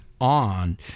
on